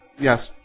Yes